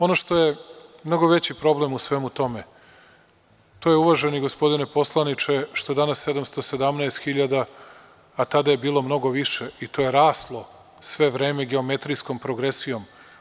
Ono što je mnogo veći problem u svemu tome, to je uvaženi, gospodine poslaniče, što je danas 717.000, a tada je bilo mnogo više, i to je raslo sve vreme geometrijskom progresijom.